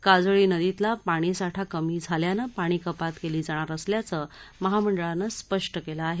काजळी नदीतला पाणीसाठा कमी झाल्यानं पाणीकपात केली जाणार असल्याचं महामंडळानं स्पष्ट केलं आहे